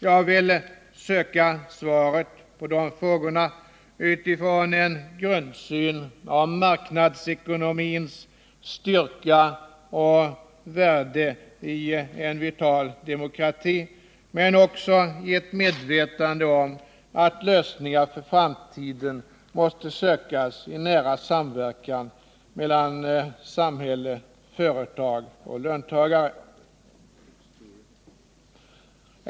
Jag vill söka svaret på de frågorna utifrån en grundövertygelse om marknadsekonomins styrka och värde i en vital demokrati men också i ett medvetande om att lösningar för framtiden måste sökas i nära samverkan mellan samhälle, företag och löntagare.